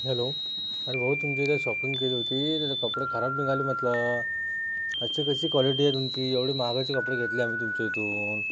hello अरे भाऊ तुमच्या इथे शॉपिंग केली होती त्याचे कपडे खराब निघाले म्हटलं अच्छी कशी कॉलेटी आहे तुमची एवढे महागाचे कपडे घेतले आम्ही तुमच्या इथून